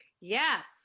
yes